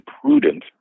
prudent